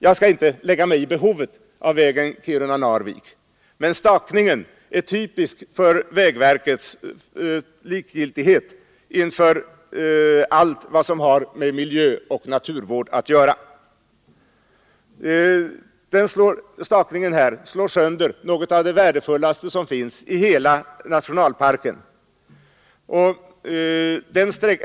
Jag skall inte diskutera behovet av vägen Kiruna—Narvik, men stakningen är typisk för vägverkets likgiltighet inför allt som har med miljö och naturvård att göra. Den stakningen slår sönder något av det värdefullaste som finns i hela nationalparken.